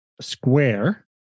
Square